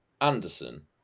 Anderson